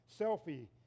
selfie